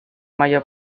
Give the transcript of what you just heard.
mayor